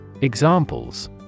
Examples